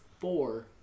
four